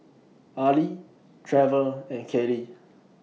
Arlie Trevor and Kalie